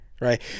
Right